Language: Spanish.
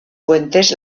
puentes